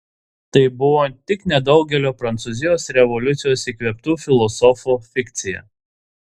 tai buvo tik nedaugelio prancūzijos revoliucijos įkvėptų filosofų fikcija